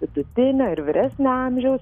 vidutinio ir vyresnio amžiaus